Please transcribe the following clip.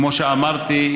כמו שאמרתי,